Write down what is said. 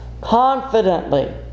confidently